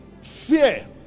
fear